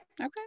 Okay